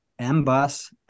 MBUS